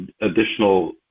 additional